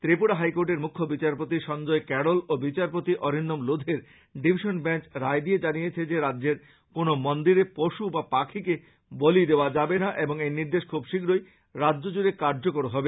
ত্রিপুরা হাইর্কোটের মৃখ্য বিচারপতি সঞ্জয় কেরল ও বিচারপতি অরিন্দম লোধের ডিভিশন বেঞ্চ রায় দিয়ে জানিয়েছেন যে রাজ্যের কোন মন্দিরে পশু বা পাখিকে বলি দেওয়া যাবে না এবং এই নির্দেশ খুব শীঘ্রই রাজ্যজুড়ে কার্য্যকর হবে